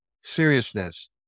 seriousness